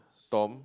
storm